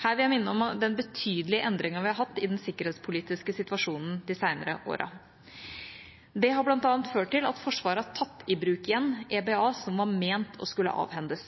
Her vil jeg minne om den betydelige endringen vi har hatt i den sikkerhetspolitiske situasjonen de senere årene. Det har bl.a. ført til at Forsvaret har tatt i bruk igjen EBA som var ment å skulle avhendes.